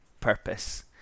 purpose